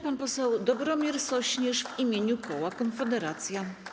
Pan poseł Dobromir Sośnierz w imieniu koła Konfederacja.